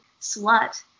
slut